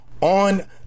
on